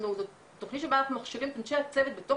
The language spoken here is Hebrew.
זו תכנית שבה אנחנו מכשירים את אנשי הצוות בתוך